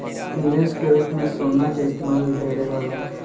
निवेश के रूप में सोना के इस्तमाल ढेरे होला